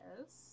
Yes